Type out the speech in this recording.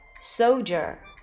soldier